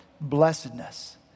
blessedness